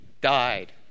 died